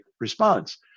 response